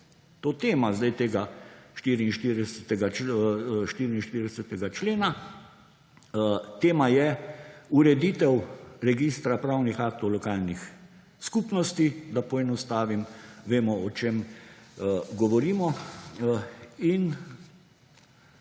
ni tema tega 44. člena. Tema je ureditev registra pravnih aktov lokalnih skupnosti, da poenostavim, vemo, o čem govorimo, in